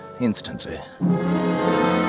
instantly